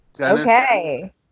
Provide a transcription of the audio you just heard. Okay